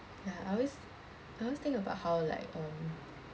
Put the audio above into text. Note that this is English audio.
ya I always I always think about how like um